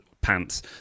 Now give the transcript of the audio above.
pants